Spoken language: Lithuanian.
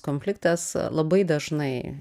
konfliktas labai dažnai